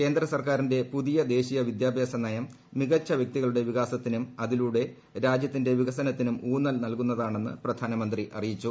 കേന്ദ്ര സ്ട്രർക്കാർിന്റെ പുതിയ ദേശീയ വിദ്യാഭ്യാസ നയം മികച്ചു വ്യക്തികളുടെ വികാസത്തിനും അതിലൂടെ രാജ്യത്തിന്റെ പ്പീകൃസനത്തിനും ഊന്നൽ നൽകുന്നതാണെന്ന് പ്രധാനുമന്ത്രി അറിയിച്ചു